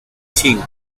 zinc